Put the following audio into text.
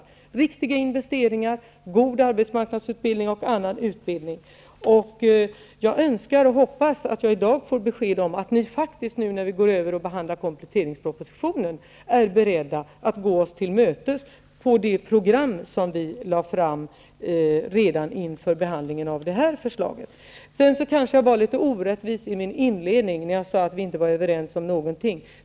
Det handlar om riktiga investeringar, god arbetsmarknadsutbildning och annan utbildning. Jag hoppas att jag i dag får besked om att ni, när vi går över till att behandla kompletteringspropositionen, är beredda att gå oss till mötes på det program som vi lade fram redan inför behandlingen av det här förslaget. Jag kanske var litet orättvis när jag i min inledning sade att vi inte är överens om någonting.